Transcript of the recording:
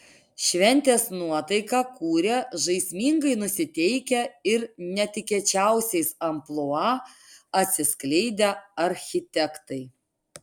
šventės nuotaiką kūrė žaismingai nusiteikę ir netikėčiausiais amplua atsiskleidę architektai